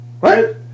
Right